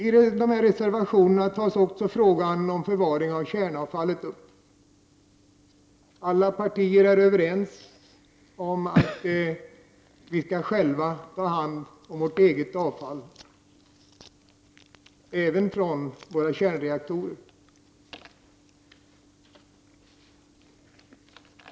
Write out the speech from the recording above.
I dessa reservationer tas också frågan om förvaring av kärnavfallet upp. Alla partier är överens om att vi i Sverige själva skall ta hand om vårt eget avfall från kärnreaktorerna.